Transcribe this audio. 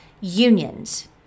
unions